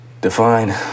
define